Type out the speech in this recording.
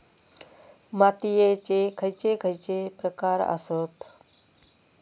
मातीयेचे खैचे खैचे प्रकार आसत?